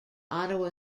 ottawa